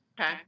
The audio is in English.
Okay